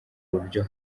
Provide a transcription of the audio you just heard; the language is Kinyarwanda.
buryo